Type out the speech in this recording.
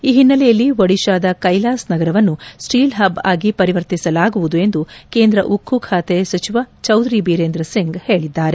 ಈ ಹಿನ್ನೆಲೆಯಲ್ಲಿ ಒಡಿತಾದ ಕೈಲಾಸ್ ನಗರವನ್ನು ಸ್ವೀಲ್ ಹಬ್ ಆಗಿ ಪರಿವರ್ತಿಸಲಾಗುವುದು ಎಂದು ಕೇಂದ್ರ ಉಕ್ಕು ಖಾತೆ ಸಚಿವ ಚೌಧರಿ ಬೀರೇಂದರ್ ಸಿಂಗ್ ತಿಳಿಸಿದ್ದಾರೆ